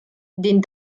den